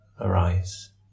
Arise